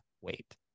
wait